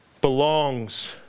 belongs